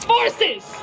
Forces